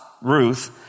Ruth